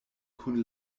kun